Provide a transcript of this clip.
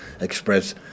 express